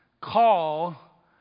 call